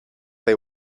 they